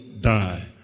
die